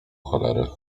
cholery